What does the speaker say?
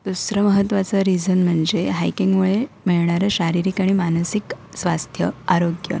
दुसरं महत्त्वाचा रीझन म्हणजे हायकिंगमुळे मिळणारं शारीरिक आणि मानसिक स्वास्थ्य आरोग्य